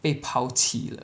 被抛弃了